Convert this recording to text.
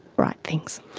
bright things.